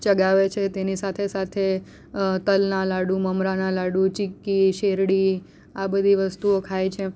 ચગાવે છે તેની સાથે સાથે તલનાં લાડુ મમરાનાં લાડુ ચીક્કી શેરડી આ બધી વસ્તુઓ ખાય છે